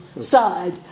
side